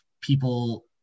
people